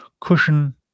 cushion